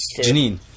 Janine